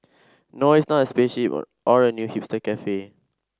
no it's not a spaceship or a new hipster cafe